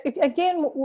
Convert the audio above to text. again